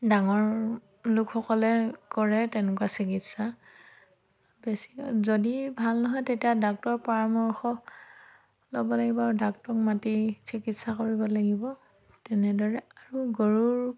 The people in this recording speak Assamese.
ডাঙৰ লোকসকলে কৰে তেনেকুৱা চিকিৎসা বেছি যদি ভাল নহয় তেতিয়া ডাক্তৰ পৰামৰ্শ ল'ব লাগিব আৰু ডাক্তৰক মাতি চিকিৎসা কৰিব লাগিব তেনেদৰে আৰু গৰুৰ